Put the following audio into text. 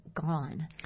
gone